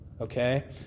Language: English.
Okay